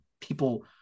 people